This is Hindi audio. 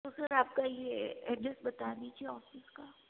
तो सर आप का ये एड्रेस बता दिजिए ऑफिस का